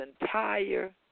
entire